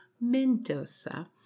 Mendoza